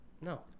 No